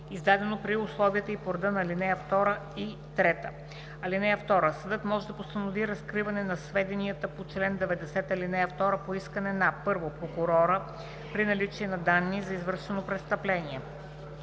издадено при условията и по реда на ал. 2 и 3. (2) Съдът може да постанови разкриване на сведенията по чл. 90, ал. 2 по искане на: 1. прокурора – при наличие на данни за извършено престъпление;